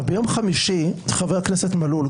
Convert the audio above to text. ביום חמישי חבר הכנסת מלול,